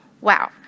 Wow